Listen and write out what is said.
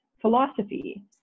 philosophy